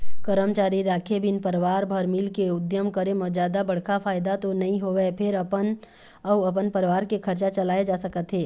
करमचारी राखे बिन परवार भर मिलके उद्यम करे म जादा बड़का फायदा तो नइ होवय फेर अपन अउ अपन परवार के खरचा चलाए जा सकत हे